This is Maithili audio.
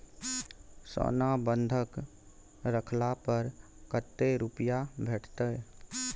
सोना बंधक रखला पर कत्ते रुपिया भेटतै?